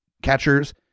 catchers